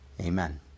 Amen